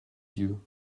yeux